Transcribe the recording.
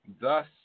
Thus